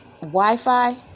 Wi-Fi